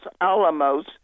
Alamos